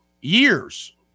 years